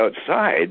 outside